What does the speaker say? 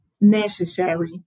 necessary